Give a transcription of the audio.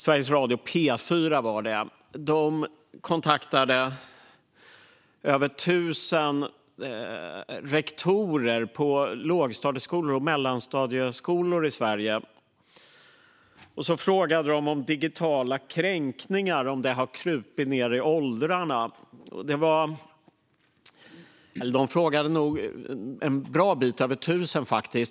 De kontaktade över tusen rektorer på lågstadieskolor och mellanstadieskolor i Sverige och frågade om digitala kränkningar har krupit ned i åldrarna. De frågade nog en bra bit över tusen.